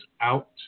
out